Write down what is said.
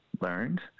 learned